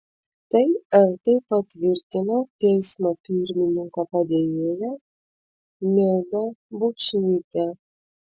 tai eltai patvirtino teismo pirmininko padėjėja milda bučnytė